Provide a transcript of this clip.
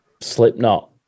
Slipknot